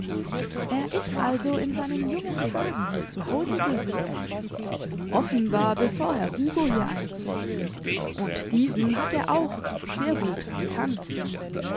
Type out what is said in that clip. er ist also in seinen jungen tagen hier zu hause gewesen offenbar bevor herr hugo hier einzog und diesen hat er auch sehr gut gekannt